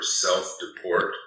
self-deport